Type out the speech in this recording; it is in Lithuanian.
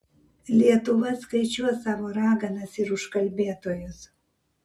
lietuva skaičiuos savo raganas ir užkalbėtojus